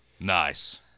Nice